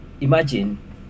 imagine